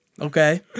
Okay